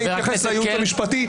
אני אתייחס לייעוץ המשפטי,